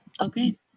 Okay